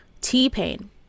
T-Pain